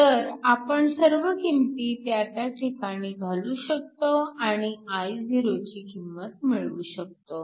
तर आपण सर्व किंमती त्या त्या ठिकाणी घालू शकतो आणि Io ची किंमत मिळवू शकतो